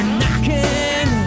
knocking